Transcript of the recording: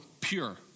pure